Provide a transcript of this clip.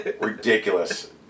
Ridiculous